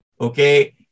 Okay